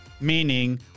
meaning